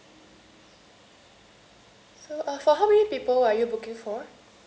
so uh for how many people are you booking for